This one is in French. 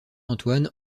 antoine